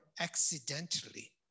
accidentally